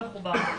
הוא לא מחובר.